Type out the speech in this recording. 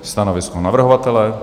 Stanovisko navrhovatele?